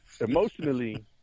emotionally